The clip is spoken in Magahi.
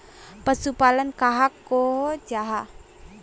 पशुपालन कहाक को जाहा?